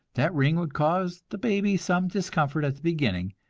that ring would cause the baby some discomfort at the beginning,